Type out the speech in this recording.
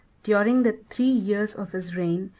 during the three years of his reign,